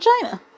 China